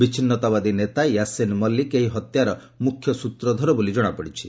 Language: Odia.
ବିଚ୍ଛିନ୍ନତାବାଦୀ ନେତା ୟାସିନ ମଲିକ ଏହି ହତ୍ୟାର ମୁଖ୍ୟ ସ୍ତ୍ରଧର ବୋଲି ଜଣାପଡ଼ିଛି